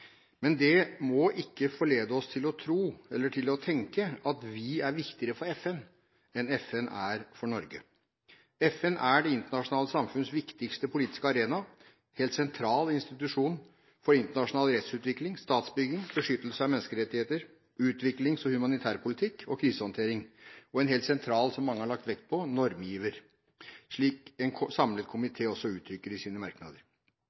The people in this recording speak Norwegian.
Men det må ikke forlede oss til å tro eller til å tenke at vi er viktigere for FN enn FN er for Norge. FN er det internasjonale samfunns viktigste politiske arena, en helt sentral institusjon for internasjonal rettsutvikling, statsbygging, beskyttelse av menneskerettigheter, utviklings- og humanitærpolitikk og krisehåndtering og en helt sentral – som mange har lagt vekt på – normgiver, slik en samlet komité uttrykker det i sine merknader.